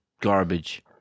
Garbage